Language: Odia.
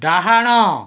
ଡାହାଣ